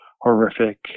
horrific